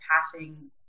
passing